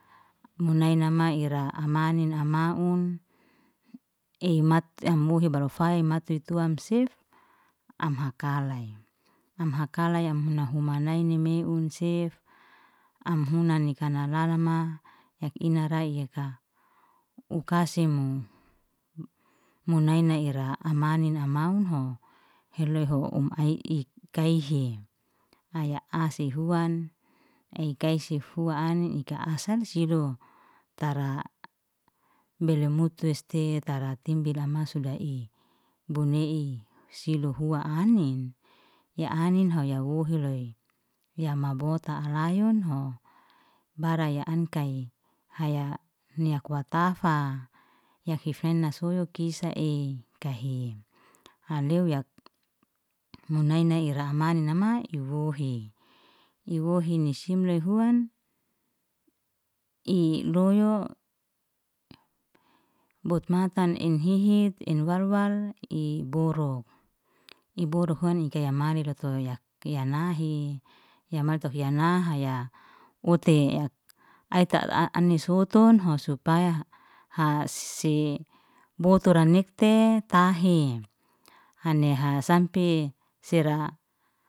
Munai nama i ra amani amaun, ei mat am muhe baru fay mati tuam sef am hakalay, am hakalay yam huna humanaini meun sef, am hunani kalama, yak inara yeka u kasimu munaini ira amanin amaunho. Heloyho um ai i- ikaihe, aya ase huan, ai kaise fuan anin ika as sansibu, tara bele mutu tes tara timbe lama suda i bone ei silohua anin, ya aninho ya wohiloy ya mambota halayunhobara ya angkai, haya niak watafa, yakif nai nasoyo kisa ei kahe, haleu yak munaina ira amani nama i wohi, i wohi simloy huan, i loyo botmatan en hihit, enwal wal i boruk, i boru huan i gaya male lotoya, ya nahe ya matto ya nahaya wote ai ta a- ani sotonho supaya si botora nitfetahe haneha sampe sera